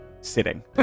sitting